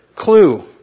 clue